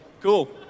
Cool